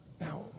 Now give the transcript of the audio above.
Now